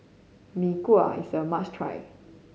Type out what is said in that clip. Mee Kuah is a must try